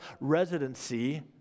residency